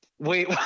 wait